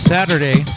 Saturday